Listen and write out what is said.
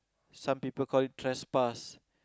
some people call it trespass